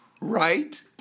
right